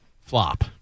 flop